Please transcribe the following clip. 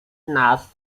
nas